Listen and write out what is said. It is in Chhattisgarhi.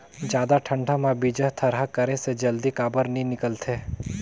जादा ठंडा म बीजा थरहा करे से जल्दी काबर नी निकलथे?